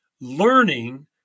learning